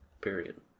period